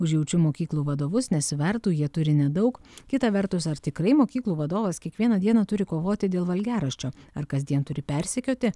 užjaučiu mokyklų vadovus nes svertų jie turi nedaug kita vertus ar tikrai mokyklų vadovas kiekvieną dieną turi kovoti dėl valgiaraščio ar kasdien turi persekioti